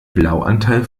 blauanteil